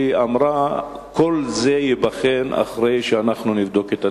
היא אמרה שכל זה ייבחן אחרי שאנחנו נבדוק את התוצאות.